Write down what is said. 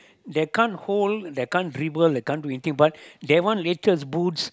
they can't hold they can't dribble they can't do anything but they want latest boots